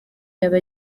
yaba